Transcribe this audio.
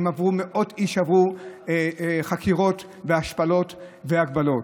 מאות איש עברו חקירות והשפלות והגבלות.